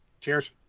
Cheers